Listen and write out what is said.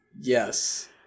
yes